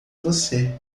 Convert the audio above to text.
você